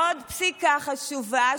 עוד פסיקה חשובה,